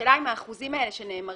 גם בבתי החולים וגם במרפאות.